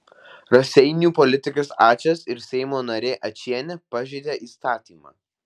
raseinių politikas ačas ir seimo narė ačienė pažeidė įstatymą